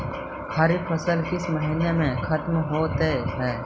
खरिफ फसल किस महीने में ख़त्म होते हैं?